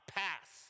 pass